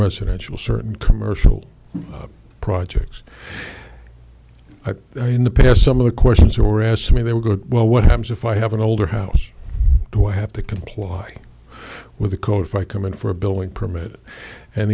residential certain commercial projects in the past some of the questions were asked to me they were good well what happens if i have an older house do i have to comply with the code if i come in for a building permit and